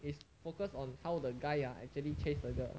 is focus on how the guy ah actually chase the girl